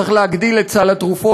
צריך להגדיל את סל התרופות,